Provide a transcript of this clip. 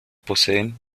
poseen